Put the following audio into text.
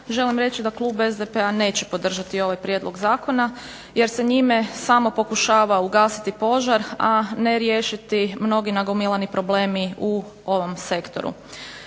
želim reći da Klub SDP-a neće podržati ovaj Prijedlog zakona jer se njime pokušava samo ugasiti požar a ne riješiti mnogi nagomilani problemi u ovom sektoru.